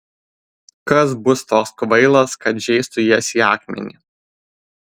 kas bus toks kvailas kad žeistų jas į akmenį